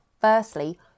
Firstly